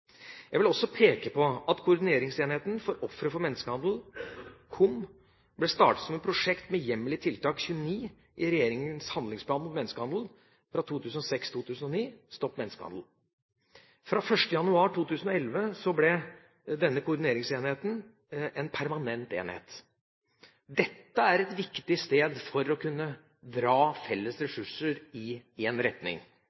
Jeg vil også peke på at Koordineringsenheten for ofre for menneskehandel, KOM, ble startet som et prosjekt med hjemmel i tiltak 29 i regjeringas handlingsplan mot menneskehandel fra 2006–2009, Stopp menneskehandelen. Fra 1. januar 2011 ble denne koordineringsenheten permanent. Dette er et viktig sted for å kunne dra felles